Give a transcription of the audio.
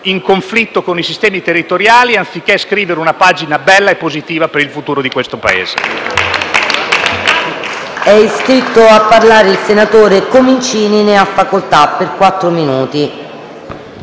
in conflitto con i sistemi territoriali, anziché scrivere una pagina bella e positiva per il futuro di questo Paese.